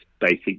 basic